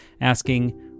asking